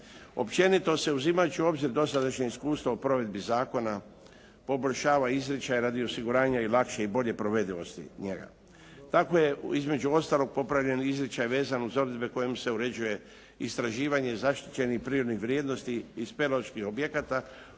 Općenito se uzimajući u obzir dosadašnje iskustvo u provedbi zakona poboljšava izričaj radi osiguranja i lakše i bolje provedivosti njega. Tako je između ostalog popravljen i izričaj vezan uz odredbe kojim se uređuje istraživanje zaštićenih prirodnih vrijednosti i speleoloških objekata u